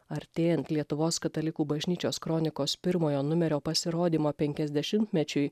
artėjant lietuvos katalikų bažnyčios kronikos pirmojo numerio pasirodymo penkiasdešimtmečiui